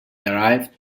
arrived